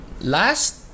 Last